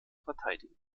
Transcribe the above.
verteidigen